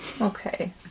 Okay